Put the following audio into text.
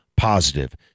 positive